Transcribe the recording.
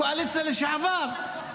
הקואליציה לשעבר,